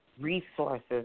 resources